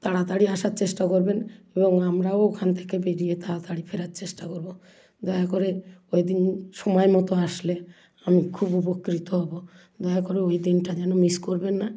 তাড়াতাড়ি আসার চেষ্টা করবেন এবং আমরাও ওখান থেকে বেরিয়ে তাড়াতাড়ি ফেরার চেষ্টা করবো দয়া করে ওই দিন সময় মতো আসলে আমি খুব উপকৃত হবো দয়া করে ওই দিনটা যেন মিস করবেন না